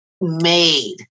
made